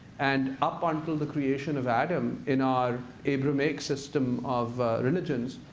and up until the creation of adam, in our abrahamic system of religions,